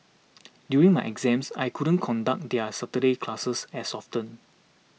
during my exams I couldn't conduct their Saturday classes as often